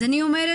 אז אני אומרת,